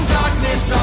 darkness